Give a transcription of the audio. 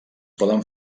poden